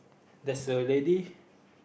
there's a lady